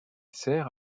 sert